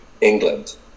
England